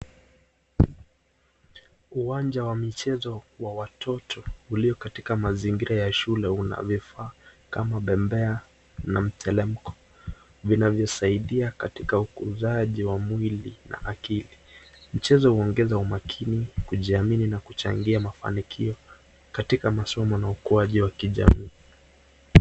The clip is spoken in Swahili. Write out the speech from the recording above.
Uwanja wa michezo wa watoto ulio katika mazingiza ya shule una vifaa kama bembea na mteremko, na vinavyo saidia katika ukuaji wa mwili na akili mchezo huongeza umakini kujiamini na kuchangia mafanikio katika masomo na ukuaji wa kijamii.